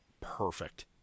Perfect